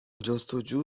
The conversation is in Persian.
جستوجو